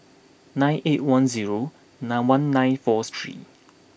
nine eight one zero nine one nine four three